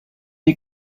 est